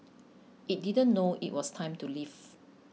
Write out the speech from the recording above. it didn't know it was time to leave